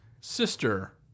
sister